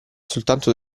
soltanto